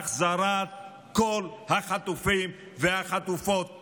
החזרת כל החטופים והחטופות